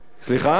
סליחה?